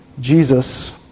Jesus